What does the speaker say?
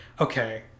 okay